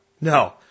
No